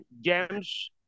James